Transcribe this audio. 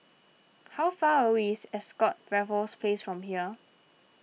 how far away is Ascott Raffles Place from here